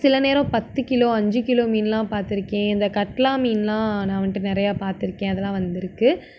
சில நேரம் பத்து கிலோ அஞ்சு கிலோ மீன்லாம் பார்த்துருக்கேன் இந்த கட்லா மீன்லாம் நான் வந்துட்டு நிறையா பார்த்துருக்கேன் அதெலாம் வந்துருக்குது